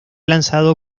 lanzado